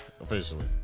officially